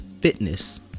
fitness